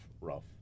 Rough